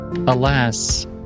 Alas